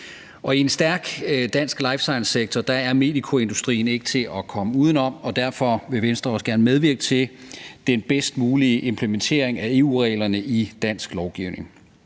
I en stærk dansk life science-sektor er medikoindustrien ikke til at komme udenom, og derfor vil Venstre også gerne medvirke til den bedst mulige implementering af EU-reglerne i dansk lovgivning.